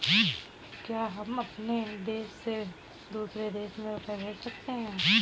क्या हम अपने देश से दूसरे देश में रुपये भेज सकते हैं?